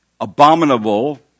abominable